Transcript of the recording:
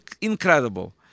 incredible